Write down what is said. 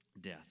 death